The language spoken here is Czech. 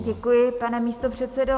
Děkuji, pane místopředsedo.